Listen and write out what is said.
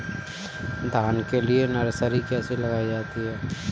धान के लिए नर्सरी कैसे लगाई जाती है?